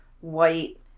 white